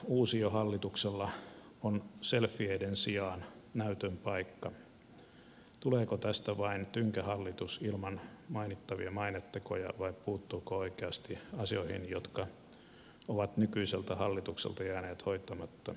muodostettavalla uusiohallituksella on selfieiden sijaan näytön paikka tuleeko tästä vain tynkähallitus ilman mainittavia mainetekoja vai puuttuuko se oikeasti asioihin jotka ovat nykyiseltä hallitukselta jääneet hoitamatta